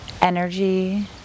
energy